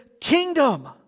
kingdom